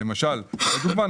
לדוגמה,